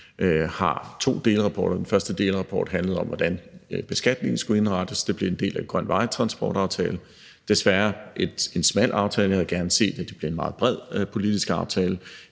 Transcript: Den første delrapport handlede om, hvordan beskatningen skulle indrettes. Det blev en del af aftalen om en grøn omstilling af vejtransport, desværre en meget smal aftale – jeg havde gerne set, at det var blevet en meget bred politisk aftale.